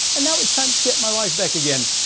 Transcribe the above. and now it's time to get my wife back again.